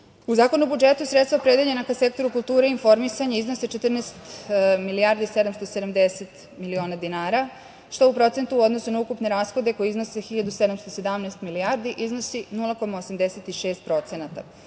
Zakonu o budžetu sredstva opredeljena ka sektoru kulture i informisanja iznose 14 milijardi 770 miliona dinara, što u procentu u odnosu na ukupne rashode koji iznose 1.717 milijardi iznosi 0,86%.